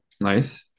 Nice